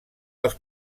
els